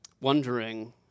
wondering